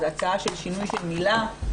הצעה של שינוי של מילה,